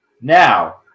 now